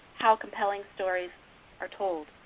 how compelling stories are told.